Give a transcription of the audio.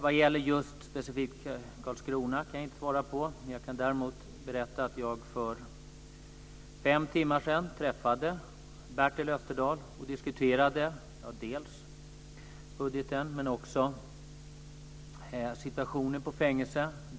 Jag kan inte svara för just Karlskrona, men jag kan berätta att jag för fem timmar sedan träffade Bertel Österdahl och diskuterade budgeten och situationen på fängelser.